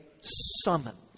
summons